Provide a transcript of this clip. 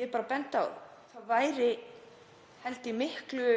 ég bara á að það væri, held ég, miklu